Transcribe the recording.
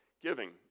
giving